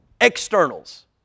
externals